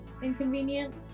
inconvenient